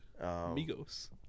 Amigos